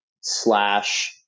slash